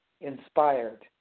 inspired